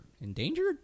endangered